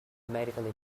medical